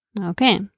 Okay